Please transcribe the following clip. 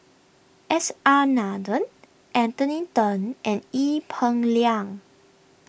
S R Nathan Anthony then and Ee Peng Liang